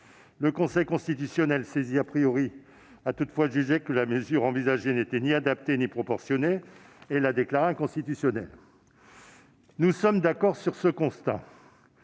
Le Conseil constitutionnel, saisi, a toutefois jugé que la mesure envisagée n'était ni adaptée ni proportionnée et l'a donc déclarée inconstitutionnelle. Nous sommes d'accord sur le constat